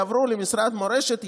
יעברו למשרד מורשת,